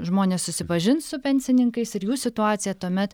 žmonės susipažins su pensininkais ir jų situacija tuomet